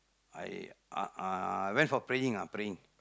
I uh uh I went for praying ah praying